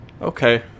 Okay